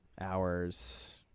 hours